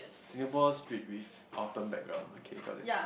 Singapore street with Autumn background okay got it